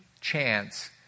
chance